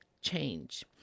change